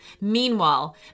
Meanwhile